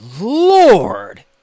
lord